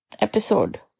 episode